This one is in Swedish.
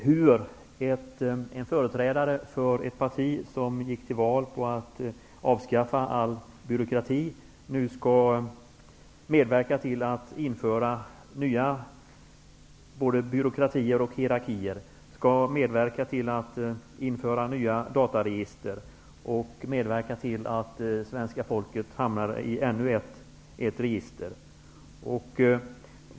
Hur kan en företrädare för ett parti som gick till val på att avskaffa all byråkrati nu medverka till att införa nya byråkratier och hierarkier? Ni kommer att medverka till att införa nya dataregister och till att svenska folket hamnar i ännu ett register.